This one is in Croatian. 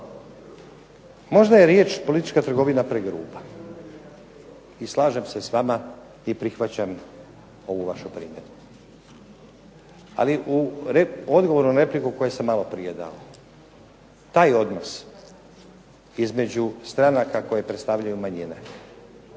Možda je riječ politička trgovina pregruba i slažem se s vama i prihvaćam ovu vašu primjedbu. Ali u odgovoru na repliku koji sam maloprije dao taj odnos između stranaka koje predstavljaju manjine